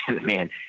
man